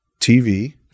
TV –